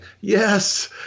yes